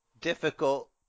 difficult